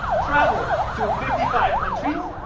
traveled to fifty five countries,